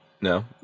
no